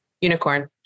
unicorn